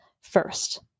first